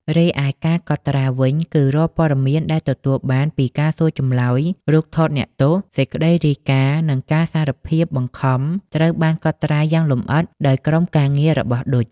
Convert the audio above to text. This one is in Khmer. រីឯ ការកត់ត្រាវិញ គឺរាល់ព័ត៌មានដែលទទួលបានពីការសួរចម្លើយ រូបថតអ្នកទោស សេចក្តីរាយការណ៍ និងការសារភាពបង្ខំ ត្រូវបានកត់ត្រាទុកយ៉ាងលម្អិតដោយក្រុមការងាររបស់ឌុច។